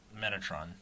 Metatron